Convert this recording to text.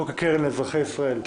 חוק הקרן לאזרחי ישראל.